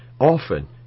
often